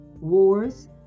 wars